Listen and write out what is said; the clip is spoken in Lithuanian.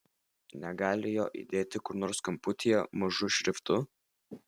negali jo įdėti kur nors kamputyje mažu šriftu